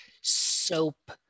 soap